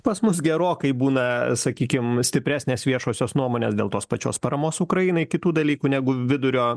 pas mus gerokai būna sakykim stipresnės viešosios nuomonės dėl tos pačios paramos ukrainai kitų dalykų negu vidurio